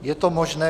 Je to možné.